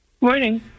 Morning